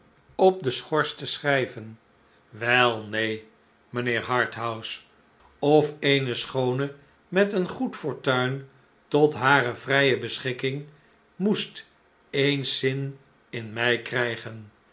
op de schors te schrijven wel neen mijnheer harthouse of eene schoone met een goed fortuin tot hare vrije beschikking moest eens zin in mij krijgen